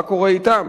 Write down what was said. מה קורה אתם?